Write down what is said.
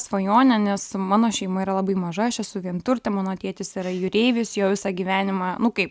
svajonė nes mano šeima yra labai maža aš esu vienturtė mano tėtis yra jūreivis jo visą gyvenimą nu kaip